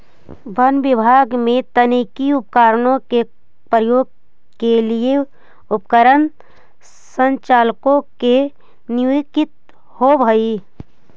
वन विभाग में तकनीकी उपकरणों के प्रयोग के लिए उपकरण संचालकों की नियुक्ति होवअ हई